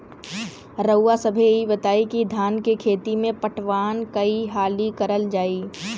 रउवा सभे इ बताईं की धान के खेती में पटवान कई हाली करल जाई?